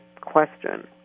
question